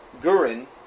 Gurin